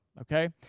okay